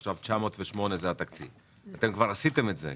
עכשיו התקציב 908. אתם כבר עשיתם את זה,